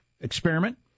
experiment